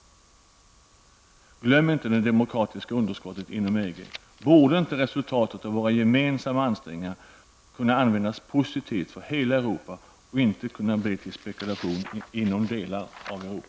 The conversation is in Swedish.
Glöm inte det demokratiska underskottet inom EG! Borde inte resultatet av våra gemensamma ansträngningar kunna användas positivt för hela Europa och inte bli till spekulation i delar av Europa?